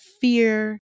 fear